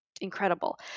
incredible